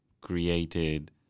created